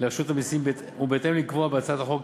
לרשות המסים, בהתאם לקבוע בהצעת החוק.